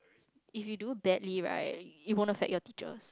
if you do badly right it won't affect your teachers